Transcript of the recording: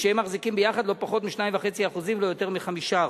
ושהם מחזיקים ביחד לא פחות מ-2.5% ולא יותר מ-5%.